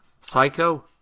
Psycho